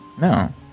No